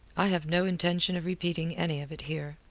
i have no intention of repeating any of it here.